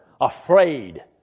afraid